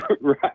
Right